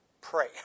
pray